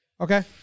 Okay